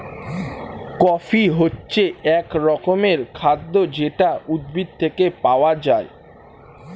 coffee হচ্ছে এক রকমের খাদ্য যেটা উদ্ভিদ থেকে পাওয়া যায়